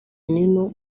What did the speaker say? nino